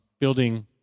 building